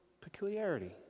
peculiarity